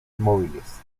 móviles